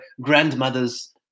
grandmother's